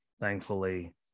thankfully